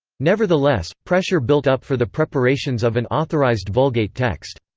nevertheless, pressure built up for the preparations of an authorized vulgate text.